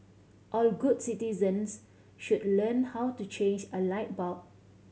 all good citizens should learn how to change a light bulb